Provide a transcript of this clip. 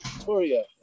Toria